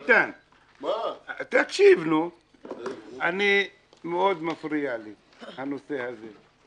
מאוד מפריע לי הנושא הזה.